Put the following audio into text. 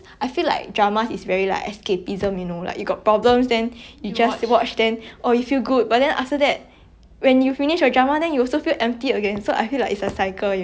when you finish your drama then you also feel empty again so I feel like it's a cycle you know that's why like nowadays I don't really like to watch drama cause I feel like I don't want to really escape from my problems